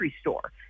store